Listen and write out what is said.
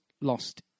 lost